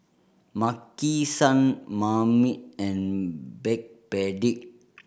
Maki San Marmite and Backpedic